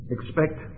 Expect